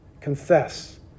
Confess